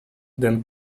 then